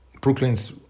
Brooklyn's